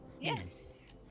Yes